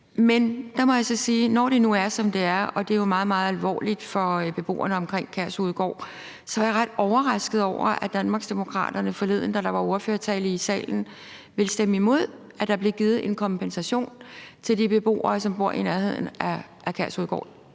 Men der må jeg så sige, at når det nu er, som det er – og det er jo meget, meget alvorligt for beboerne omkring Kærshovedgård – så er jeg ret overrasket over, at Danmarksdemokraterne forleden, da man holdt ordførertale her i salen, sagde, at man ville stemme imod, at der blev givet en kompensation til de beboere, som bor i nærheden af Kærshovedgård.